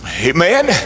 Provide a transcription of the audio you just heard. Amen